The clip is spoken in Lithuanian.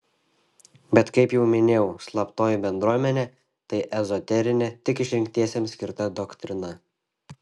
bet kaip jau minėjau slaptoji bendruomenė tai ezoterinė tik išrinktiesiems skirta doktrina